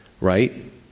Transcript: right